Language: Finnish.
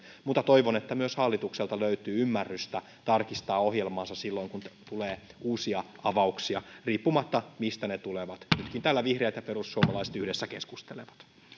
mutta toivon että myös hallitukselta löytyy ymmärrystä tarkistaa ohjelmaansa silloin kun tulee uusia avauksia riippumatta siitä mistä ne tulevat nytkin täällä vihreät ja perussuomalaiset yhdessä keskustelevat